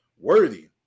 worthy